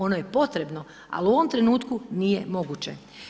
Ono je potrebno ali u ovom trenutku nije moguće.